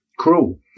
Cruel